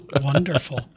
Wonderful